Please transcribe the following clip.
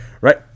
Right